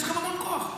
יש לכם המון כוח.